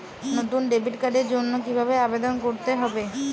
নতুন ডেবিট কার্ডের জন্য কীভাবে আবেদন করতে হবে?